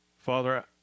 Father